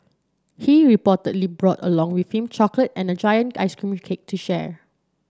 he reportedly brought along with him chocolate and a giant ice cream cake to share